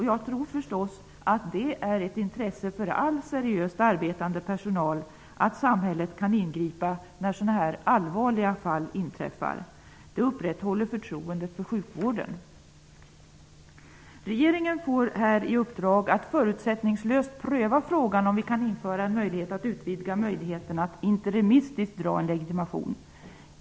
Jag tror naturligtvis att det är ett intresse för all seriöst arbetande personal att samhället kan ingripa när allvarliga fall inträffar. Det upprätthåller förtroendet för sjukvården. Regeringen får i uppdrag att förutsättningslöst pröva frågan om ifall vi kan införa en möjlighet att utvidga möjligheten att interimistiskt dra in en legitimation.